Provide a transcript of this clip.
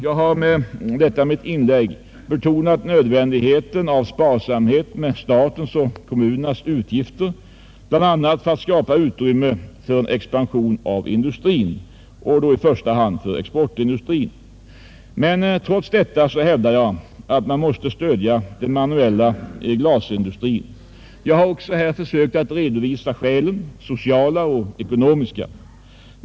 Jag har i detta mitt inlägg betonat nödvändigheten av sparsamhet med statens och kommunernas utgifter, bl.a. för att skapa utrymme för en expansion av industrin — och då i första hand exportindustrin. Trots detta hävdar jag att man måste stödja den manuella glasindustrin. Jag har här försökt redovisa de sociala och ekonomiska skälen.